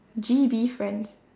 G_B friends